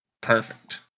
Perfect